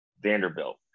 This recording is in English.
Vanderbilt